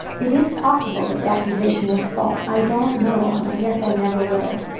it is possible that the accusation was false. i don't know. and i guess i never will.